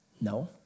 No